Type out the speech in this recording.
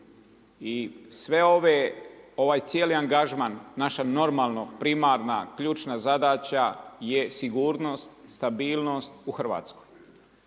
i sav ovaj cijeli angažman, naše normalno primarna, ključna zadaća je sigurnost, stabilnost u Hrvatskoj.